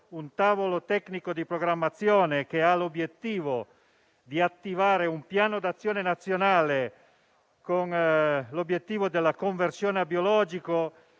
un tavolo tecnico di programmazione che ha l'obiettivo di attivare un piano d'azione nazionale per la conversione al biologico,